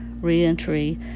reentry